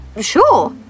Sure